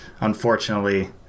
unfortunately